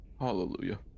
Hallelujah